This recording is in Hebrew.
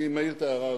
אני מעיר את ההערה הזאת,